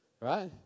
Right